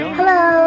Hello